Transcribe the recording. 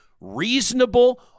reasonable